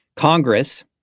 Congress